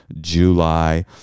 July